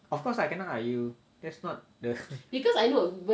of course ah cannot ah you that's not the